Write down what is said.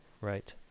Right